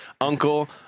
Uncle